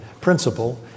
principle